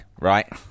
right